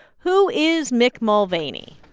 who is mick mulvaney?